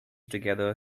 together